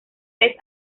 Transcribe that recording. vez